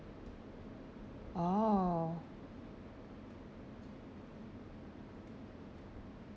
orh